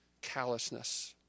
callousness